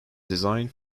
designed